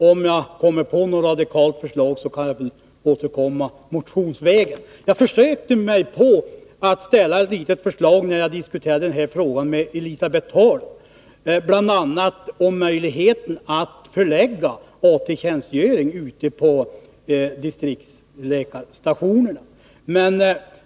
Om jag kommer på något radikalt förslag kan jag återkomma motionsvägen. Jag försökte framställa ett förslag när jag diskuterade denna fråga med Elisabet Holm, nämligen möjligheten att förlägga AT-tjänstgöring ute på distriktsläkarstationerna.